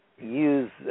use